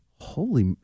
Holy